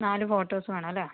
നാല് ഫോട്ടോസ് വേണമല്ലേ